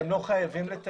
בדיוק, הם לא חייבים לתעד.